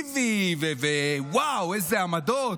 וואו, אילו עמדות.